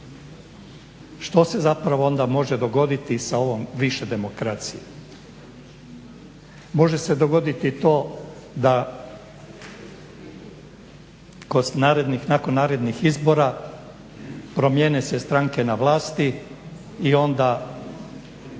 Što se zapravo onda može dogoditi sa ovom više demokracije? Može se dogoditi to da nakon narednih izbora promijene se stranke na vlati i onda